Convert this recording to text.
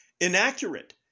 inaccurate